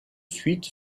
suites